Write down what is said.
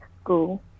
school